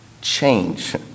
change